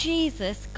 Jesus